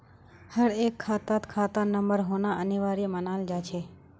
हर एक खातात खाता नंबर होना अनिवार्य मानाल जा छे